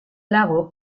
lago